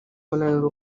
umunaniro